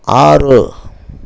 ஆறு